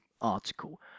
article